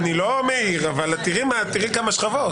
אני לא מצפה עכשיו שעל כל מי שיתלונן במהלך הדיונים,